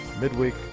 Midweek